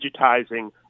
digitizing